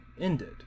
ended